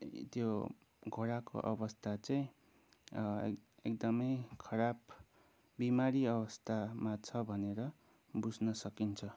त्यो घोडाको अवस्था चाहिँ एकदमै खराब बिमारी अवस्थामा छ भनेर बुझ्न सकिन्छ